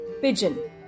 pigeon